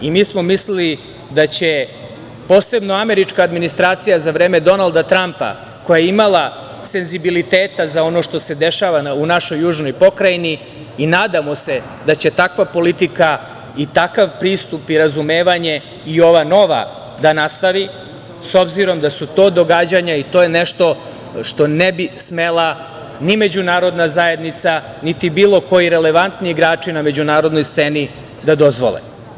Mi smo mislili da će posebno američka administracija za vreme Donalda Trampa, koja je imala senzibiliteta za ono što se dešava u našoj južnoj pokrajini, i nadamo se da će takva politika i takav pristup i razumevanje i ova nova da nastavi, s obzirom da su to događanja i to je nešto što ne bi smela ni međunarodna zajednica, niti bilo koji relevantni igrači na međunarodnoj sceni da dozvole.